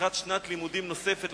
לקראת שנת לימודים נוספת,